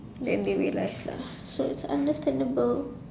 and they realise lah so it's understandable